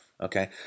Okay